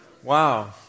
Wow